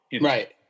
Right